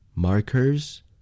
Markers